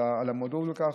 על המודעות לכך.